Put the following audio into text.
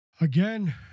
again